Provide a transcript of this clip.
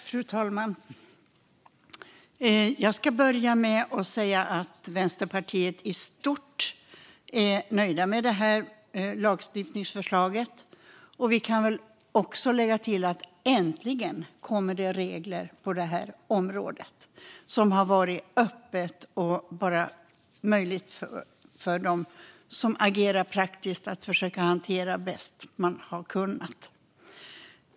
Fru talman! Jag ska börja med att säga att vi i Vänsterpartiet i stort är nöjda med detta lagstiftningsförslag, och jag kan också lägga till: Äntligen kommer det regler på detta område, som har varit helt öppet och där de som agerar praktiskt har fått göra det bäst de kan!